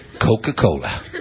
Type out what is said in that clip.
Coca-Cola